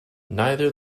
neither